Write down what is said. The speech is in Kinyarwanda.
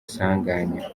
sanganya